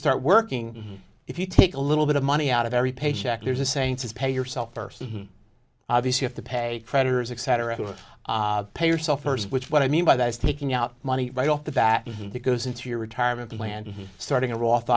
start working if you take a little bit of money out of every paycheck there's a saying to pay yourself first obviously if the pay creditors etc pay yourself first which is what i mean by that is taking out money right off the bat that goes into your retirement plan starting a roth